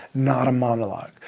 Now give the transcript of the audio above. not a monologue.